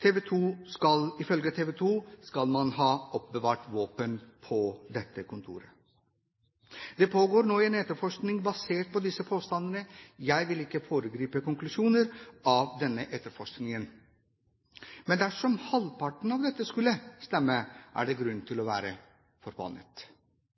Ifølge TV 2 skal man ha oppbevart våpen på dette kontoret. Det pågår nå en etterforskning basert på disse påstandene. Jeg vil ikke foregripe konklusjoner av denne etterforskningen, men dersom halvparten av dette skulle stemme, er det grunn til å være